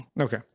Okay